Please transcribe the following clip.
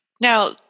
now